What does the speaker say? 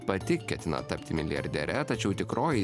pati ketina tapti milijardiere tačiau tikroji